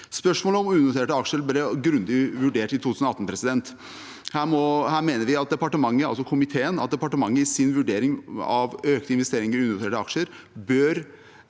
Spørsmålet om unoterte aksjer ble grundig vurdert i 2018. Her mener komiteen at departementet i sin vurdering av økte investeringer i unoterte aksjer bør